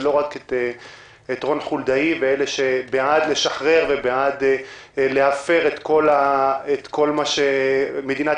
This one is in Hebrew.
ולא רק את רון חולדאי ואת אלה שבעד לשחרר ובעד להפר את כל מה שמדינת